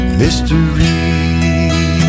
mystery